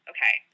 Okay